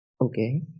Okay